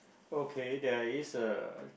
okay there is a